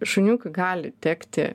šuniukui gali tekti